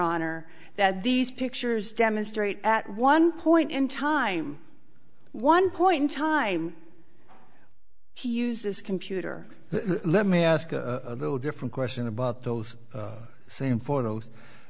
honor that these pictures demonstrate at one point in time one point in time he used this computer let me ask a little different question about those same for th